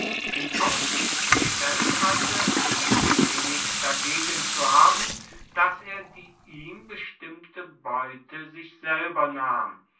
in aussicht gestellt hatte schien wenig dagegen zuhaben dass er die ihm bestimmte beute sich selber nahm